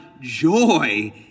joy